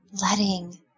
letting